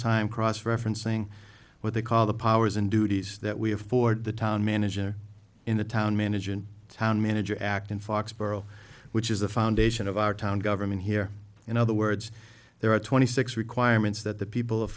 time cross referencing what they call the powers and duties that we afford the town manager in the town manager and town manager act in foxborough which is the foundation of our town government here in other words there are twenty six requirements that the people of